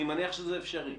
אני מניח שזה אפשרי.